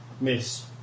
Miss